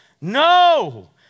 no